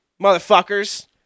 motherfuckers